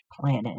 planet